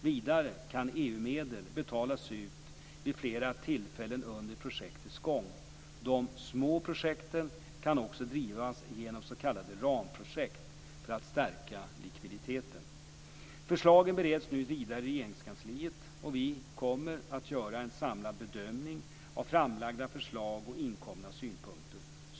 Vidare kan EU-medel betalas ut vid flera tillfällen under projektets gång. De små projekten kan också drivas genom s.k. ramprojekt för att stärka likviditeten. Förslagen bereds nu vidare i Regeringskansliet. Vi kommer att göra en samlad bedömning av framlagda förslag och inkomna synpunkter.